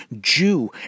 Jew